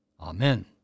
Amen